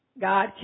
God